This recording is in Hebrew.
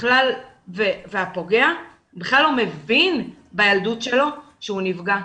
והנפגע בכלל לא מבין בילדות שלו שהוא נפגע.